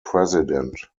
president